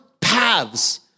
paths